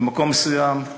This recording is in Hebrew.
במקום מסוים,